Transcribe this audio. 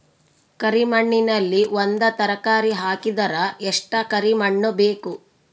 ಕರಿ ಮಣ್ಣಿನಲ್ಲಿ ಒಂದ ತರಕಾರಿ ಹಾಕಿದರ ಎಷ್ಟ ಕರಿ ಮಣ್ಣು ಬೇಕು?